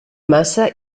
massa